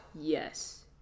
yes